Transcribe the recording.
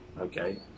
okay